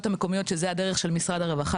המקומיות שזה הדרך של משרד הרווחה,